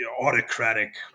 autocratic